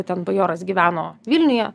ten bajoras gyveno vilniuje